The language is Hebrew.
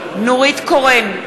נגד נורית קורן,